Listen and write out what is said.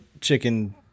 chicken